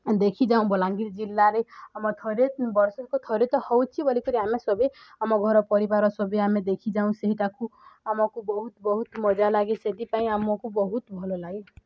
ଦେଖି ଯାଉ ବଲାଙ୍ଗୀର ଜିଲ୍ଲାରେ ଆମର ଥରେ ବର୍ଷକ ଥରେ ତ ହେଉଛି ବୋଲିକରି ଆମେ ସବୁ ଆମ ଘର ପରିବାର ସଭିଏଁ ଆମେ ଦେଖିଯାଉ ସେଇଟାକୁ ଆମକୁ ବହୁତ ବହୁତ ମଜାଲାଗେ ସେଥିପାଇଁ ଆମକୁ ବହୁତ ଭଲଲାଗେ